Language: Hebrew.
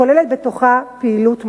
הכוללת בתוכה פעילות מונעת.